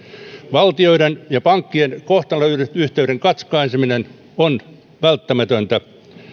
valtioiden ja pankkien kohtalonyhteyden katkaiseminen on välttämätöntä